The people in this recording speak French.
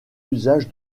usage